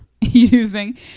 using